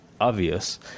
obvious